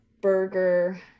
burger